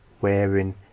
wearing